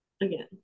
again